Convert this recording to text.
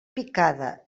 picada